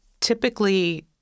typically